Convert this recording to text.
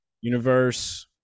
Universe